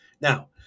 Now